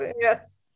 yes